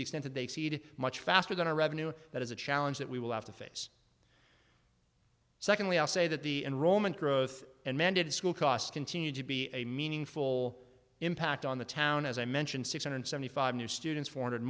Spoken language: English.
the extent that they exceed much faster than our revenue that is a challenge that we will have to face secondly i'll say that the enrollment growth and mandated school costs continue to be a meaningful impact on the town as i mentioned six hundred seventy five new students four hundred